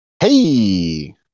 hey